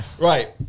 Right